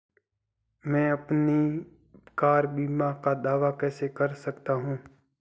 मैं अपनी कार बीमा का दावा कैसे कर सकता हूं?